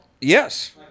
Yes